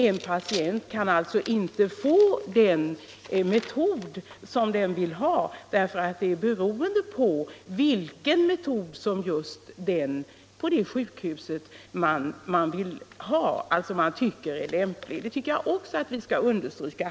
En patient kan alltså inte få den metod som hon vill ha, eftersom det avgörande är vilken metod som läkare och barnmorskor just på det sjukhuset vill tillämpa.